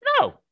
No